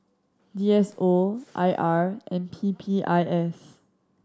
D S O I R and P P I S